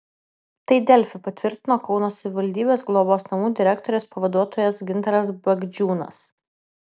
tai delfi patvirtino kauno savivaldybės globos namų direktorės pavaduotojas gintaras bagdžiūnas